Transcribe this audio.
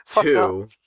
Two